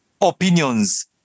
opinions